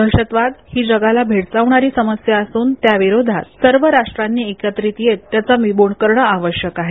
दहशतवाद ही जगाला भेडसावणारी समस्या असून त्याविरोधात सर्व राष्ट्रांनी एकत्रित येत त्याचा बिमोड करणे आवश्यक आहे